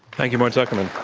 thank you, mort zuckerman.